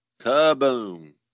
Kaboom